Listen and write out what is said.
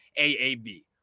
AAB